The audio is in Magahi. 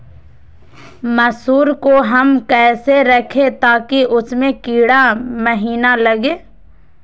मसूर को हम कैसे रखे ताकि उसमे कीड़ा महिना लगे?